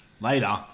later